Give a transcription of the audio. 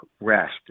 rest